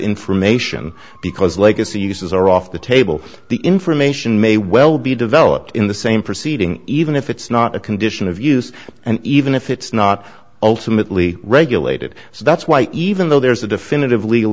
information because legacy uses are off the table the information may well be developed in the same proceeding even if it's not a condition of use and even if it's not ultimately regulated so that's why even though there's a definitive legal